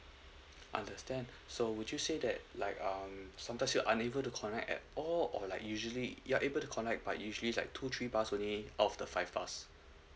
understand so would you say that like um sometimes you're unable to connect at all or like usually you are able to connect but usually like two three bars only of the five bars